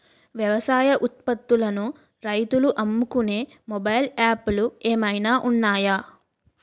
వ్యవసాయ ఉత్పత్తులను రైతులు అమ్ముకునే మొబైల్ యాప్ లు ఏమైనా ఉన్నాయా?